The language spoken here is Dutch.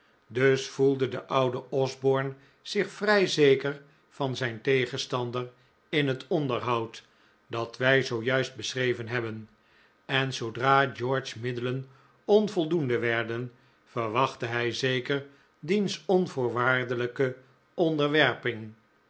dus voelde de oude osborne zich vrij zeker van zijn tegenstander in het p onderhoud dat wij zoo juist beschreven hebben en zoodra george's middelen onvoldoende werden verwachtte hij zeker diens onvoorwaardelijke onderwerping